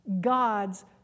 God's